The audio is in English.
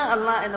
Allah